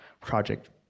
project